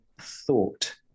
thought